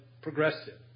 progressive